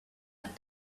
that